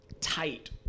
tight